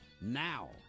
now